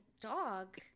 dog